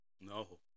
No